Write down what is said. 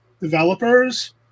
developers